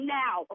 now